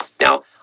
Now